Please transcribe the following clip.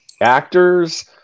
actors